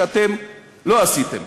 שאתם לא עשיתם: